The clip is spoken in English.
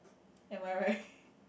am I right